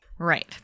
Right